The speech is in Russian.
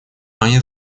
они